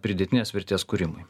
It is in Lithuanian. pridėtinės vertės kūrimui